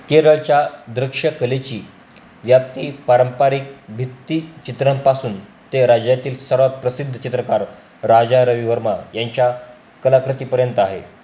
केरळच्या दृश्य कलेची व्याप्ती पारंपरिक भित्ती चित्रांपासून ते राज्यातील सर्वात प्रसिद्ध चित्रकार राजा रवी वर्मा यांच्या कलाकृतीपर्यंत आहे